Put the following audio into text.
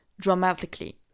dramatically